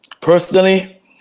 personally